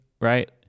right